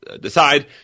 decide